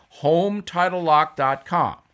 hometitlelock.com